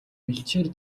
бэлчээр